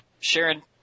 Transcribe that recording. Sharon